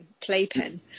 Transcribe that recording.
playpen